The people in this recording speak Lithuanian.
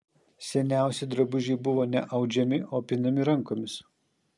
seniausi drabužiai buvo ne audžiami o pinami rankomis